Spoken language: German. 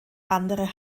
andere